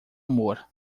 amor